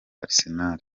arsenal